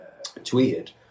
tweeted